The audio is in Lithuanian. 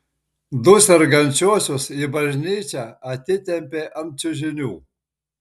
du sergančiuosius į bažnyčią atitempė ant čiužinių